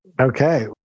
Okay